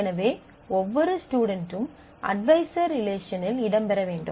எனவே ஒவ்வொரு ஸ்டுடென்ட்டும் அட்வைசர் ரிலேஷனில் இடம்பெற வேண்டும்